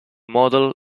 model